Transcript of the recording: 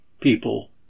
people